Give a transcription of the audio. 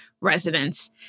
residents